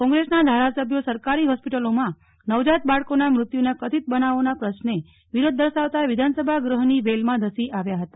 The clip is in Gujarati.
કોન્ગ્રેસ નાધારાસભ્યો સરકારી હોસ્પિટલોમાં નવજાત બાળકોના મૃત્યુના કથિત બનાવોના પ્રશ્ને વિરોધદર્શાવતા વિધાનસભા ગૃહની વેલમાં ધસી આવ્યા હતા